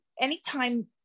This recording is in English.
anytime